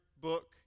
book